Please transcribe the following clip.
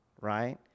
right